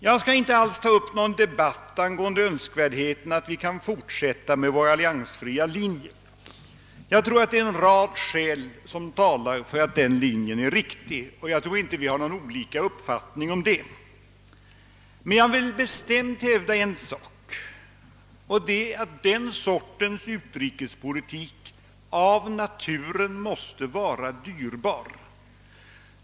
Jag skall inte ta upp någon debatt om önskvärdheten av att vi kan fortsätta med vår alliansfria linje; jag tror att det finns en rad skäl som talar för att den linjen är riktig, och jag tror inte att vi har skilda uppfattningar om det. Men jag vill bestämt hävda en sak, och det är att den sortens utrikespolitik av naturen är dyrbar.